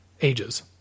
ages